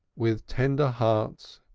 with tender hearts,